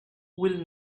will